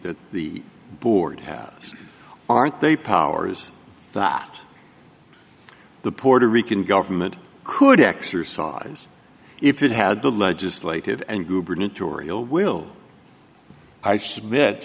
that the board has aren't they power is not the puerto rican government could exercise if it had the legislative and gubernatorial will i submit